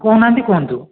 କହୁ ନାହାଁନ୍ତି କୁହନ୍ତୁ